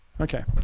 Okay